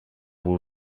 will